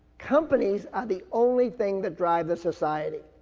companies are the only thing that drive the society.